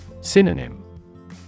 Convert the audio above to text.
Synonym